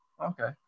okay